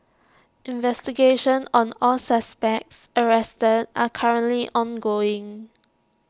investigations on all suspects arrested are currently ongoing